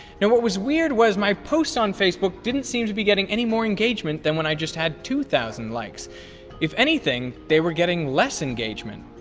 now what was weird was my posts on facebook didn't seem to be getting any more engagement than when i had two thousand. like so if anything, they were getting less engagement.